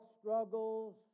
struggles